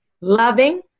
loving